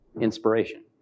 Inspiration